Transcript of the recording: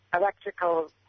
electrical